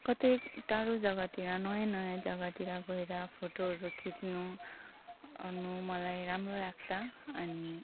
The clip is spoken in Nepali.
कतै टाढो जग्गातिर नयाँ नयाँ जग्गातिर गएर फोटोहरू खिच्नु ओर्नु मलाई राम्रो लाग्छ अनि